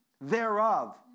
thereof